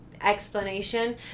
explanation